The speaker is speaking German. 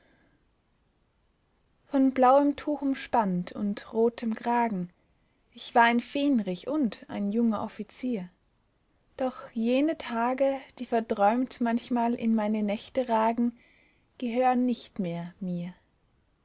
von blauem tuch umspannt und rotem kragen ich war ein fähnrich und ein junger offizier doch jene tage die verträumt manchmal in meine nächte ragen gehören nicht mehr mir